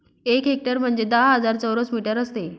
एक हेक्टर म्हणजे दहा हजार चौरस मीटर असते